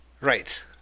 Right